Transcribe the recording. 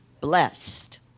blessed